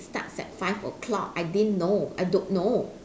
starts at five o-clock I didn't know I don't know